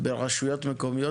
ברשויות מקומיות.